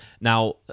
Now